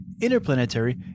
Interplanetary